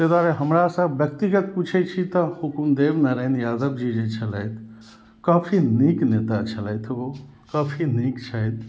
ताहि दुआरे हमरासँ व्यक्तिगत पूछै छी तऽ हुकुमदेवन नारायण यादव जी जे छलथि काफी नीक नेता छलथि ओ काफी नीक छथि